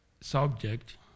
subject